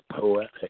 poetic